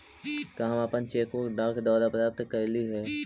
हम अपन cheque book डाक द्वारा प्राप्त कईली हे